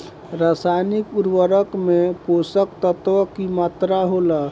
रसायनिक उर्वरक में पोषक तत्व की मात्रा होला?